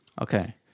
Okay